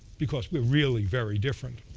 because we're really very different.